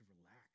relax